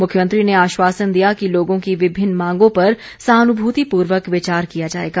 मुख्यमंत्री ने आश्वासन दिया कि लोगों की विभिन्न मांगों पर सहानुभूतिपूर्वक विचार किया जाएगा